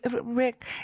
Rick